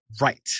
right